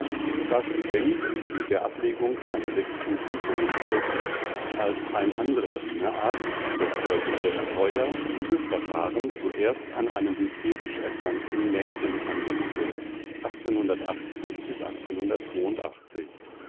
ich war student und mit der ablegung meiner letzten prüfungen beschäftigt als ein anderer wiener arzt dr josef breuer dieses verfahren zuerst an einem hysterisch erkrankten mädchen anwendete